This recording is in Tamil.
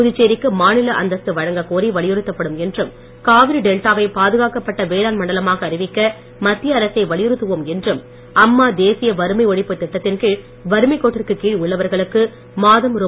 புதுச்சேரிக்கு மாநில அந்தஸ்து வழங்கக்கோரி வலியுறுத்தப்படும் என்றும் காவிரி டெல்டாவை பாதுகாக்கப்பட்ட வேளாண் மண்டலமாக அறிவிக்க மத்திய அரசை வலியுறுத்துவோம் என்றும் அம்மா தேசிய வறுமை ஒழிப்பு திட்டத்தின்கீழ் வறுமைக்கோட்டிற்கு கீழ் உள்ளவர்களுக்கு மாதம் ரூ